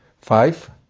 five